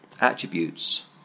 attributes